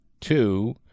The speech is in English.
Two